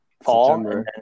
fall